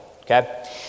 Okay